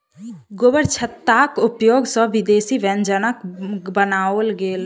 गोबरछत्ताक उपयोग सॅ विदेशी व्यंजनक बनाओल गेल